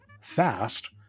fast